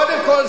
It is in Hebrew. קודם כול,